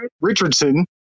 Richardson